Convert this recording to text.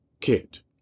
Kit